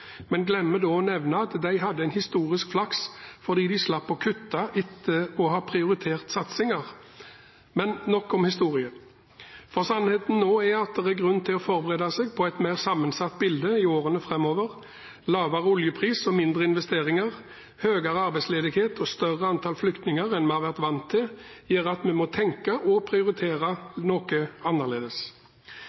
men glemmer å nevne at de hadde historisk flaks, fordi de slapp å kutte etter å ha prioritert satsingene. Nok om historie! Sannheten er at det er grunn til å forberede seg på et mer sammensatt bilde i årene framover. Lavere oljepris og mindre investeringer, høyere arbeidsledighet og større antall flyktninger enn hva vi har vært vant til, gjør at vi må tenke og prioritere noe annerledes.